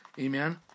amen